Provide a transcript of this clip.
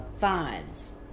fives